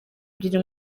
ebyiri